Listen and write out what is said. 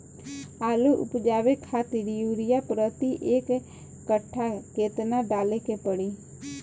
आलू उपजावे खातिर यूरिया प्रति एक कट्ठा केतना डाले के पड़ी?